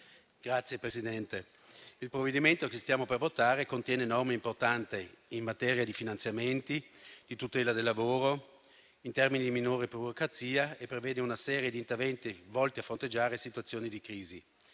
Signor Presidente, il provvedimento che stiamo per votare contiene norme importanti in materia di finanziamenti, di tutela del lavoro e di minore burocrazia e prevede una serie di interventi volti a fronteggiare situazioni di crisi.